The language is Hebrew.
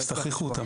תכריחו אותם.